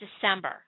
December